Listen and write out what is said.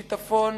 שיטפון.